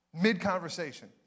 mid-conversation